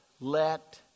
let